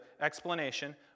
explanation